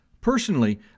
Personally